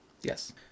Yes